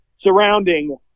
surrounding